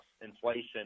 inflation